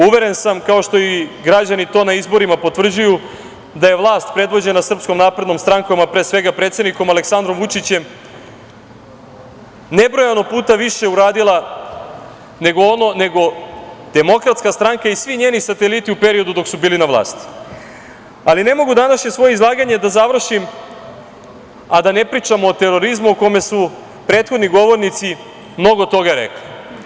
Uveren sam, kao što i građani to na izborima potvrđuju, da je vlast predvođena Srpskom naprednom strankom, a pre svega predsednikom Aleksandrom Vučićem nebrojeno puta više uradila nego Demokratska stranka i svi njeni sateliti u periodu dok su bili na vlasti, ali ne mogu današnje svoje izlaganje da završim, a da ne pričam o terorizmu o kome su prethodni govornici mnogo toga rekli.